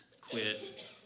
quit